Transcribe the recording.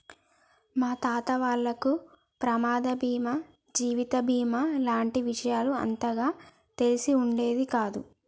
మా తాత వాళ్లకి ప్రమాద బీమా జీవిత బీమా లాంటి విషయాలు అంతగా తెలిసి ఉండేది కాదు